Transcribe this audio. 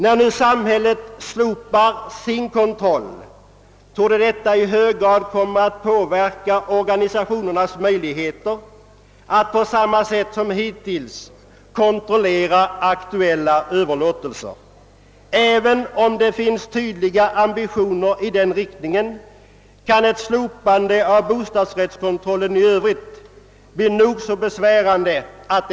När nu samhället slopar sin kontroll torde detta i hög grad komma att påverka organisationernas möjligheter att på samma sätt som hittills kontrollera aktuella överlåtelser. även om det finns tydliga ambitioner i denna riktning kan ett slopande av bostadsrättskontrollen i övrigt bli nog så besvärande.